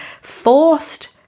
forced